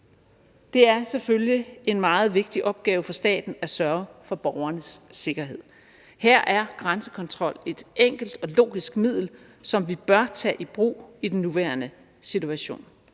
Det er selvfølgelig en meget vigtig opgave for staten at sørge for borgernes sikkerhed. Her er grænsekontrol et enkelt og logisk middel, som vi bør tage i brug i den nuværende situation,